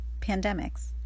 Pandemics